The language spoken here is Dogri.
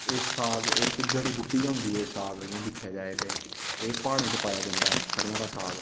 एह् साग इक जड़ी बूटी गै होंदी ऐ साग इयां दिक्खेआ जाए ते एह् प्हाड़ें च पाया जन्दा सरेआं दा साग